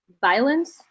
Violence